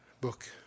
book